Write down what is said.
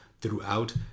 throughout